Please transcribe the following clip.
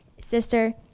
sister